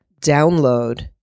download